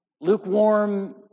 Lukewarm